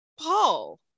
Paul